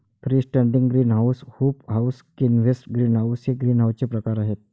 free standing greenhouse, hoop house, Quonset greenhouse हे ग्रीनहाऊसचे प्रकार आहे